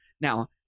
Now